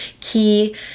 key